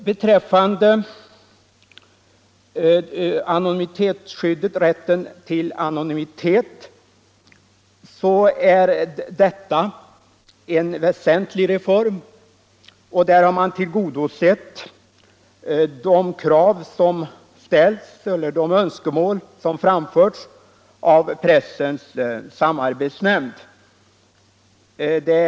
Anonymitetsskyddet, dvs. rätten till anonymitet, är en väsentlig reform. Därigenom har de önskemål som framförts av pressens samarbetsnämnd tillgodosetts.